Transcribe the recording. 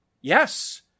yes